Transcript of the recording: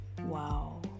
wow